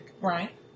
Right